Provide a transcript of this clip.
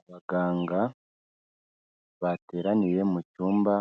Abaganga bateraniye mu cyumba